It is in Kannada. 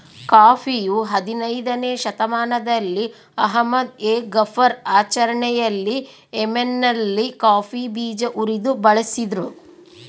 ಕಾಫಿಯು ಹದಿನಯ್ದನೇ ಶತಮಾನದಲ್ಲಿ ಅಹ್ಮದ್ ಎ ಗಫರ್ ಆಚರಣೆಯಲ್ಲಿ ಯೆಮೆನ್ನಲ್ಲಿ ಕಾಫಿ ಬೀಜ ಉರಿದು ಬಳಸಿದ್ರು